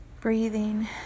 breathing